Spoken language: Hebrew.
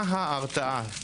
מה ההרתעה?